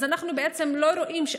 אז, א.